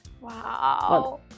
Wow